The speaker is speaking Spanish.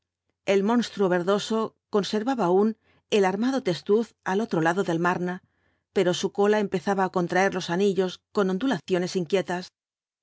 el monstruo verdoso conservaba aún el armado testuz al otro lado del marne pero su cola empezaba á contraer los anillos con ondulaciones inquietas